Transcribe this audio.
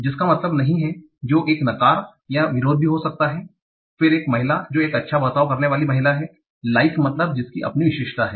जिसका मतलब not हैं जो एक नकार या विरोध भी हो सकता हैं फिर एक महिला जो 1 अच्छा बर्ताव करने वाली महिला हैं लाइक मतलब जिसकी अपनी विशेषता है